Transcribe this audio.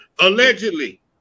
Allegedly